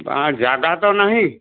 ହଁ ଜାଗା ତ ନାହିଁ